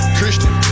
Christian